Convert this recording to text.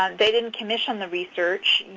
um they didn't commission the research.